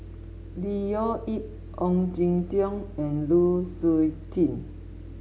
Leo Yip Ong Jin Teong and Lu Suitin